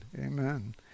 amen